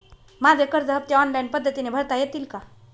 माझे कर्ज हफ्ते ऑनलाईन पद्धतीने भरता येतील का?